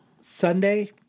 Sunday